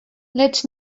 lecz